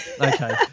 okay